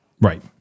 Right